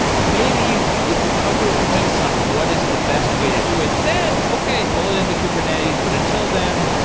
maybe if we come to a consensus on what is the best way to do it, then, okay, pull it into kubernetes. but until then,